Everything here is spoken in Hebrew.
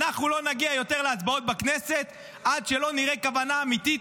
אנחנו לא נגיע יותר להצבעות בכנסת עד שלא נראה כוונה אמיתית